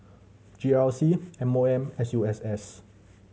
G R C M O M and S U S S